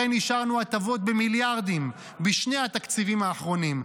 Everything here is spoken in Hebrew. לכן אישרנו הטבות במיליארדים בשני התקציבים האחרונים.